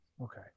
Okay